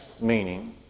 meaning